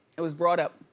it was brought up.